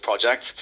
projects